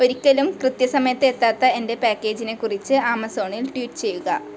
ഒരിക്കലും കൃത്യസമയത്ത് എത്താത്ത എന്റെ പാക്കേജിനെക്കുറിച്ച് ആമസോണിൽ ട്വീറ്റ് ചെയ്യുക